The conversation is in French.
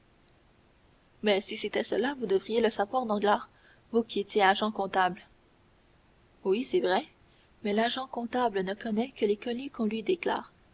mais si c'était cela vous devriez le savoir danglars vous qui étiez agent comptable oui c'est vrai mais l'agent comptable ne connaît que les colis qu'on lui